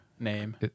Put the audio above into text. name